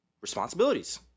responsibilities